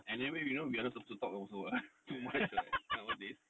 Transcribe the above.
and anyway we are not suppose to talk also [what] too much [what] this